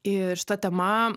ir šita tema